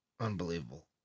Unbelievable